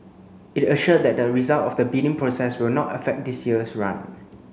it assured that the result of the bidding process will not affect this year's run